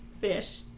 fish